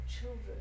children